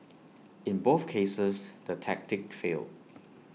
in both cases the tactic failed